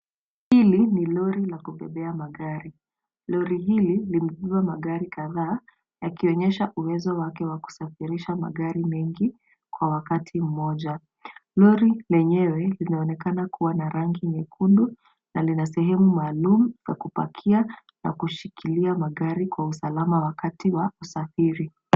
Hili ni lori la kubebea magari. Lori hili limebeba magari kadhaa yakionyesha uwezo wake wa kusafirisha magari mengi kwa wakati mmoja. Lori lenyewe linaonekana kuwa na rangi nyekundu na lina sehemu maalum ya kupakia na kushikilia magari kwa usalama wakati wa kusafiri.